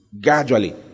Gradually